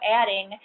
adding